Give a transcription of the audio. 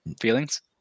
feelings